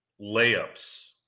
layups